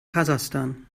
kasachstan